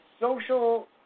social